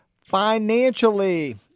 financially